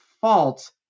fault